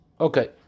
okay